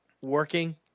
working